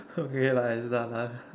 okay like